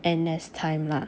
N_S time lah